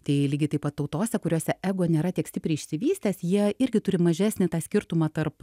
tai lygiai taip pat tautose kuriose ego nėra tiek stipriai išsivystęs jie irgi turi mažesnį tą skirtumą tarp